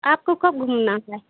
आपको कब घूमना है